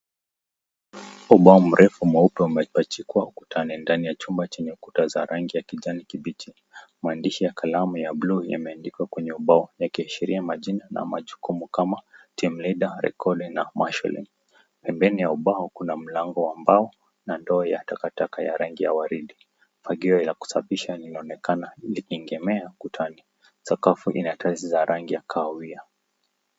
Ubao mrefu umepachikwa ukutani ndani ya chumba chenye kuta za rangi ya kijani kibichi, maandishi ya kalamu ya buluu yameandikwa kwenye ubao ikiashairia majina na majukumu kama, team leader recording na martialing . Pembeni ya ubao kuna mlango wa ubao na ndoo ya takataka ya rangi ya waridi, fagio ya kusafisha linaonekana limeegemea ukutani zina sakafu zina rangi ya kahawia.